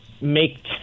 make